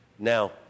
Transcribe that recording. Now